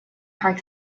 park